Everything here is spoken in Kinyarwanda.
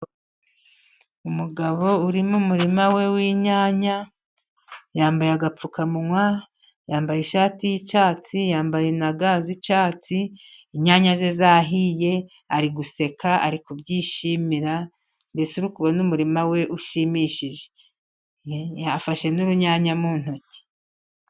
Umugabo uri mu murima we w'inyanya yambaye agapfukamunwa. Yambaye ishati y'icyatsi, yambaye na ga z'icyatsi. Inyanya ze zahiye ari guseka, ari kubyishimira. Mbese uri kubona umurima we ushimishije. Afashe n'urunyanya mu ntoki.